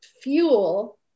fuel